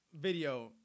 video